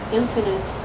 infinite